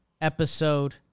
episode